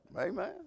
Amen